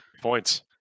points